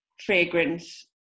fragrance